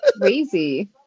Crazy